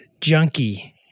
Junkie